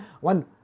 One